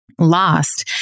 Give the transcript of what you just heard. lost